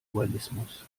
dualismus